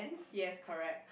yes correct